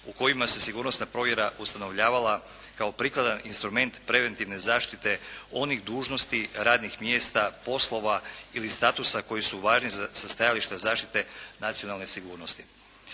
u kojima se sigurnosna provjera ustanovljavala kao prikladan instrument preventivne zaštite onih dužnosti, radnih mjesta, poslova ili statusa koji su važni sa stajališta zaštite nacionalne sigurnosti.